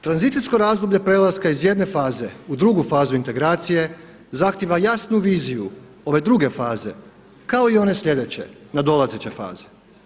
Tranzicijsko razdoblje prelaska iz jedne faze u drugu fazu integracije zahtijeva jasnu viziju ove druge faze kao i one sljedeće nadolazeće faze.